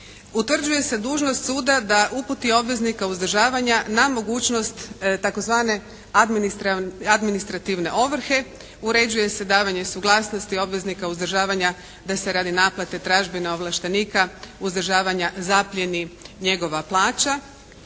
Utvrđuje se dužnost suda da uputi obveznika uzdržavanja na mogućnost tzv. administrativne ovrhe. Uređuje se davanje suglasnosti obveznika uzdržavanja da se radi naplate tražbine ovlaštenika uzdržavanja zaplijeni njegova plaća